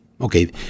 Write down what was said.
Okay